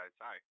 Hi